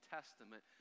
Testament